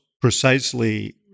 precisely